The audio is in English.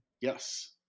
Yes